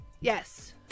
Yes